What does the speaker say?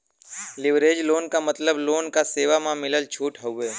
leverage loan क मतलब loan क सेवा म मिलल छूट हउवे